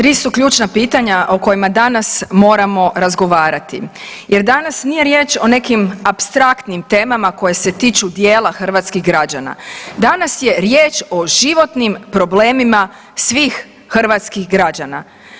Tri su ključna pitanja o kojima danas moramo razgovarati jer danas nije riječ o nekim apstraktnim temama koje se tiču dijela hrvatskih građana, danas je riječ o životnim problemima svih hrvatskih građana.